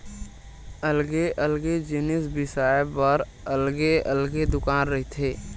अलगे अलगे जिनिस बिसाए बर अलगे अलगे दुकान रहिथे